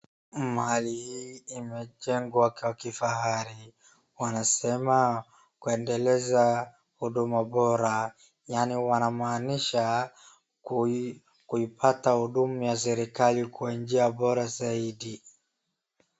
Mahali hii imejengwa kwa kifahari. Wanasema, kuendeleza huduma bora, yaani wanamaanisha kuipata huduma ya serikali kwa njia bora zaidi.